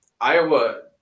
Iowa